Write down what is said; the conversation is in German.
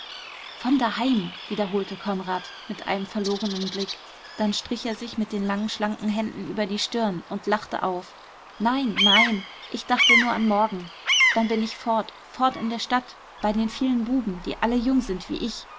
von daheim wiederholte konrad mit einem verlorenen blick dann strich er sich mit den langen schlanken händen über die stirn und lachte auf nein nein ich dachte nur an morgen dann bin ich fort fort in der stadt bei den vielen buben die alle jung sind wie ich